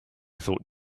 thought